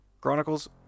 Chronicles